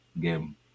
game